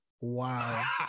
Wow